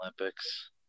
olympics